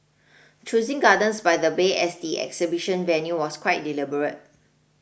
choosing gardens by the bay as the exhibition venue was quite deliberate